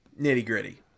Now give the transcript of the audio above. nitty-gritty